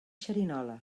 xerinola